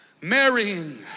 marrying